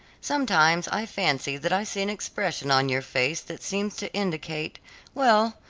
sometimes i fancy that i see an expression on your face that seems to indicate well,